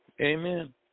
Amen